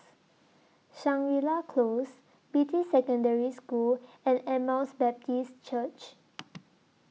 Shangri La Close Beatty Secondary School and Emmaus Baptist Church